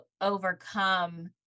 overcome